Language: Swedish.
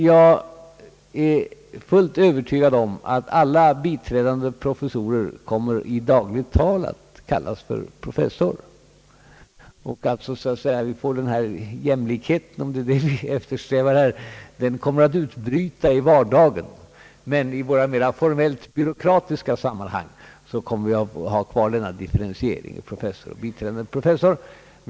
Jag är fullt övertygad om att alla biträdande professo rer kommer att i dagligt tal kallas för professorer. Den här jämlikheten, om det är en sådan vi här eftersträvar, kommer så att säga att utbryta i vardagen, men i våra mera formellt byråkratiska sammanhang kommer vi att ha kvar differentieringen biträdande professor — professor.